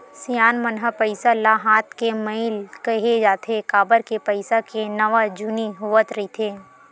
सियान मन ह पइसा ल हाथ के मइल केहें जाथे, काबर के पइसा के नवा जुनी होवत रहिथे